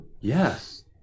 Yes